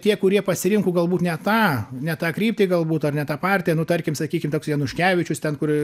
tie kurie pasirinko galbūt ne tą ne tą kryptį galbūt ar ne tą partiją nu tarkim sakykim toks januškevičius ten kur